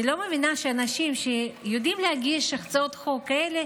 אני לא מאמינה שאנשים שיודעים להגיש הצעות כאלה